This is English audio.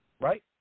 right